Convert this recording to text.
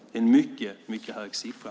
Det är en mycket hög siffra.